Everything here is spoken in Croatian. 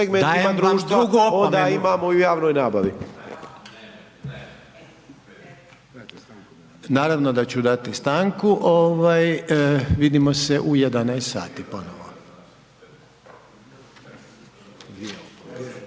Dajem vam drugu opomenu. Naravno da ću dati stanku. Vidimo se u 11,00 sati ponovo.